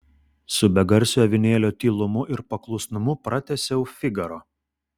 su begarsio avinėlio tylumu ir paklusnumu pratęsiau figaro